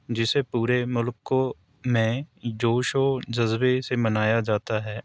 جسے پورے ملکوں میں جوش و جذبے سے منایا جاتا ہے